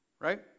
right